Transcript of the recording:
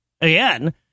Again